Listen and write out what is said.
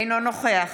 אינו נוכח